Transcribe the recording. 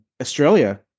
Australia